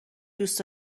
دوست